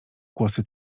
kłosy